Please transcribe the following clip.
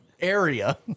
area